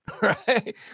right